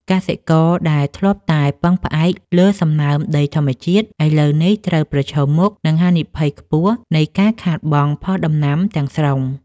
កសិករដែលធ្លាប់តែពឹងផ្អែកលើសំណើមដីធម្មជាតិ ឥឡូវនេះត្រូវប្រឈមមុខនឹងហានិភ័យខ្ពស់នៃការខាតបង់ផលដំណាំទាំងស្រុង។